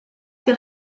fait